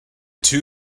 two